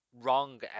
wrong